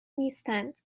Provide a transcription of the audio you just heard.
نیستند